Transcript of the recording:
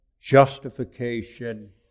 justification